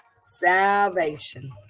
Salvation